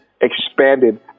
expanded